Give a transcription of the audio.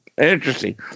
interesting